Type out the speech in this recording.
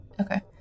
Okay